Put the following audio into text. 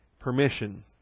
permission